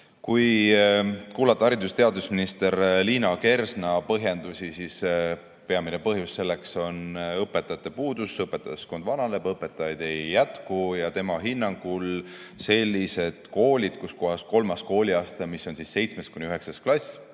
Kui kuulata haridus- ja teadusminister Liina Kersna põhjendusi, on peamine põhjus selleks õpetajate puudus. Õpetajaskond vananeb, õpetajaid ei jätku ja tema hinnangul sellised koolid, kus kolmandas kooliastmes, mis on 7.–9. klass,